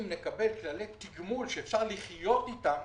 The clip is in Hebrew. אם נקבל כללי תגמול שאפשר לחיות איתם,